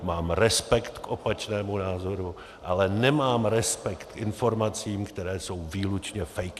Mám respekt k opačnému názoru, ale nemám respekt k informacím, které jsou výlučně fake news!